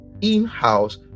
in-house